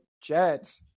Jets